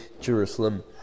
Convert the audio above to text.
Jerusalem